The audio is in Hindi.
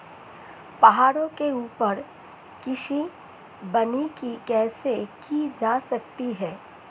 पहाड़ों के ऊपर कृषि वानिकी कैसे की जा सकती है